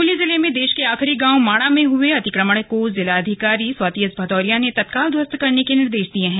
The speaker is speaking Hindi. चमोली जिले में देश के आखिरी गांव माणा में हुए अतिक्रमण को जिला अधिकारी स्वाती एस भदौरिया ने तत्काल ध्वस्त करने के निर्देश दिए है